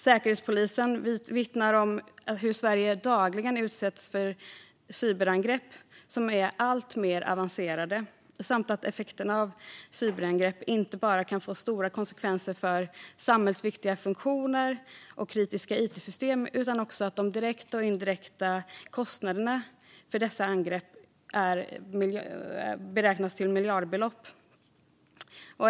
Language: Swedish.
Säkerhetspolisen vittnar om att Sverige dagligen utsätts för cyberangrepp som är alltmer avancerade samt att effekterna av cyberangrepp inte bara kan få stora konsekvenser för samhällsviktiga funktioner och kritiska it-system utan också att de direkta och indirekta kostnaderna för dessa angrepp beräknas till miljardbelopp.